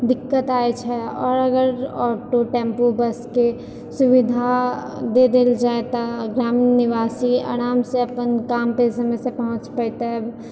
दिक्कत आय छै आउर अगर ऑटो टेम्पू बसके सुविधा दै देल जाइ तऽ ग्राम निवासी आरामसँ अपन काम पर समयसँ पहुँच पाइते